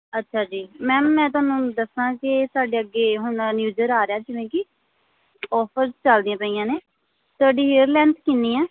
ਅੱਛਾ ਜੀ ਮੈਮ ਮੈਂ ਤੁਹਾਨੂੰ ਦੱਸਾਂ ਕਿ ਸਾਡੇ ਅੱਗੇ ਹੁਣ ਨਿਊ ਯਿਅਰ ਆ ਰਿਹਾ ਜਿਵੇਂ ਕਿ ਔਫਰ ਚੱਲਦੀਆਂ ਪਈਆਂ ਨੇ ਤੁਹਾਡੀ ਹੇਅਰ ਲੈਂਥ ਕਿੰਨੀ ਆ